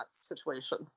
situation